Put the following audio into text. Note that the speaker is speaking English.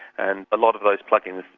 and a lot of those plug-ins,